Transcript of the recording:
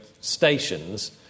stations